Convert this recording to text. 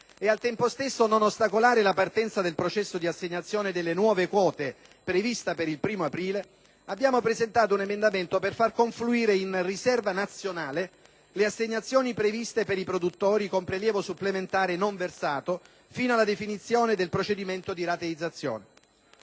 e, al tempo stesso, non ostacolare la partenza del processo di assegnazione delle nuove quote prevista per il 1° aprile, abbiamo presentato un emendamento per far confluire in riserva nazionale le assegnazioni previste per i produttori con prelievo supplementare non versato fino alla definizione del procedimento di rateizzazione.